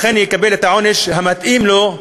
אכן יקבל את העונש המתאים לו,